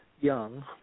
young